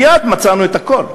מייד מצאנו את הכול,